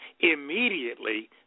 immediately